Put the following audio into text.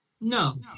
no